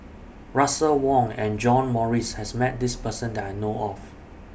Russel Wong and John Morrice has Met This Person that I know of